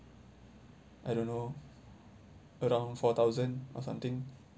I don't know around four thousand or something